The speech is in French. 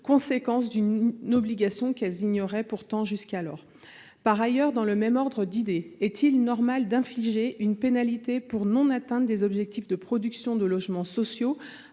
conséquence d’une obligation qu’elles ignoraient pourtant jusqu’alors ! Dans le même ordre d’idée, est il normal d’infliger une pénalité pour non atteinte des objectifs de production de logements sociaux